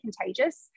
contagious